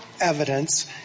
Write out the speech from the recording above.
evidence